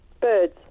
Birds